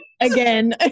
Again